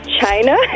China